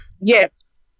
Yes